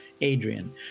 Adrian